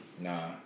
nah